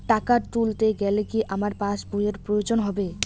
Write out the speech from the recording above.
টাকা তুলতে গেলে কি আমার পাশ বইয়ের প্রয়োজন হবে?